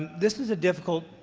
this is a difficult,